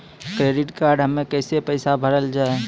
Credit card हम्मे कैसे पैसा भरल जाए?